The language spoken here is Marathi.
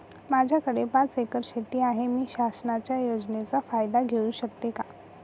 माझ्याकडे पाच एकर शेती आहे, मी शासनाच्या योजनेचा फायदा घेऊ शकते का?